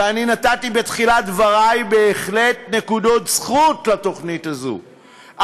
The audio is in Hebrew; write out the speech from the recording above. ואני נתתי בתחילת דברי בהחלט נקודות זכות לתוכנית הזאת,